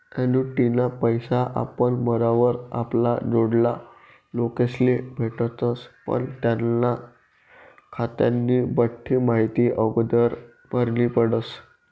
ॲन्युटीना पैसा आपण मरावर आपला जोडला लोकेस्ले भेटतस पण त्यास्ना खातानी बठ्ठी माहिती आगोदर भरनी पडस